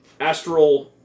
Astral